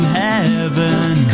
heaven